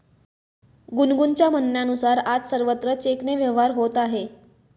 गुनगुनच्या म्हणण्यानुसार, आज सर्वत्र चेकने व्यवहार होत आहे